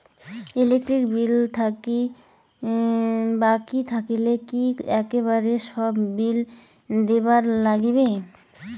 Electric bill বাকি থাকিলে কি একেবারে সব বিলে দিবার নাগিবে?